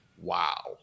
wow